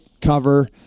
cover